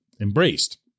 embraced